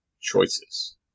choices